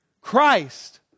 Christ